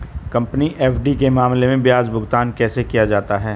Company FD के मामले में ब्याज भुगतान कैसे किया जाता है?